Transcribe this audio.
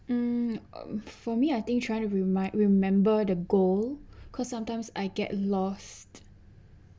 mm for me I think trying to remind remember the goal because sometimes I get lost